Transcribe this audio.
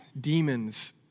demons